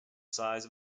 size